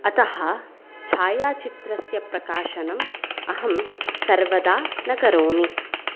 अतः छायाचित्रस्य प्रकाशनम् अहं सर्वदा न करोमि